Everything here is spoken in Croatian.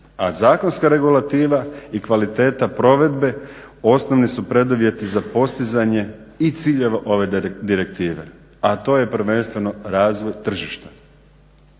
a zakonska regulativa i kvaliteta provedbe osnovni su preduvjeti za postizanje i ciljeva ove direktive, a to je prvenstveno razvoj tržišta.